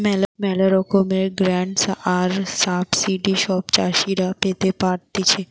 ম্যালা রকমের গ্রান্টস আর সাবসিডি সব চাষীরা পেতে পারতিছে